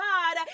God